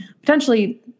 potentially